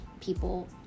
people